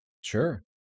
Sure